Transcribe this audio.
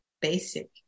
basic